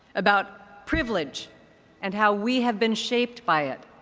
about privilege and how we have been shaped by it.